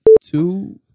two